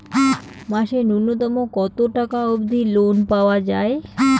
মাসে নূন্যতম কতো টাকা অব্দি লোন পাওয়া যায়?